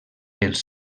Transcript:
els